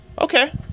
okay